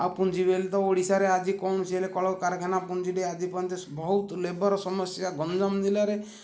ଆଉ ପୁଞ୍ଜି ବି ହେଲେ ତ ଓଡ଼ିଶାରେ ଆଜି କୌଣସି ହେଲେ କଳକାରଖାନା ପୁଞ୍ଜି ଟି ଆଜି ପର୍ଯ୍ୟନ୍ତ ବହୁତ୍ ଲେବର୍ ସମସ୍ୟା ଗଞ୍ଜାମ ଜିଲ୍ଲାରେ